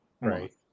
Right